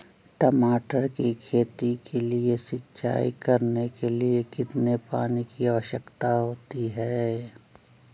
टमाटर की खेती के लिए सिंचाई करने के लिए कितने पानी की आवश्यकता होती है?